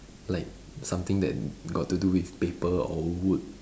like something that got to do with paper or wood